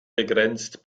begrenzt